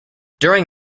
during